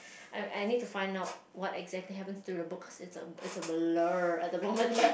I I need to find out what exactly happens through the book cause it's a it's a blur at the moment but